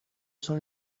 són